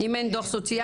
אם אין דוח סוציאלי,